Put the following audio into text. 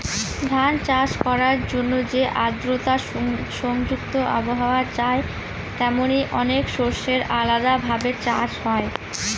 ধান চাষ করার জন্যে যেমন আদ্রতা সংযুক্ত আবহাওয়া চাই, তেমনি অনেক শস্যের আলাদা ভাবে চাষ হয়